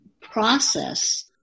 process